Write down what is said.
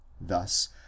Thus